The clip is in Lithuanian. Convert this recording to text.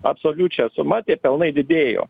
absoliučia suma tie pelnai didėjo